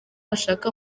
ashaka